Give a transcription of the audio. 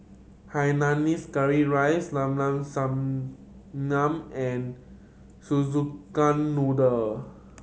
hainanese curry rice Llao Llao Sanum and Szechuan Noodle